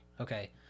Okay